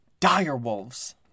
direwolves